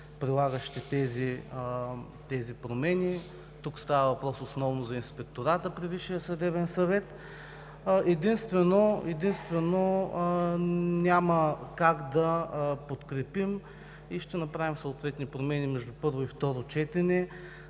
прилагащи тези промени. Тук основно става въпрос за Инспектората при Висшия съдебен съвет. Единствено, няма как да подкрепим и ще направим съответни промени между първо и второ четене